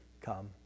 come